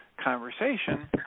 conversation